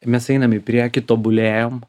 mes einam į priekį tobulėjam